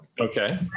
Okay